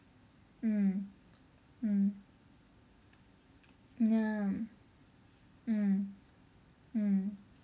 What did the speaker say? mm mm ya mm mm